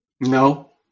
No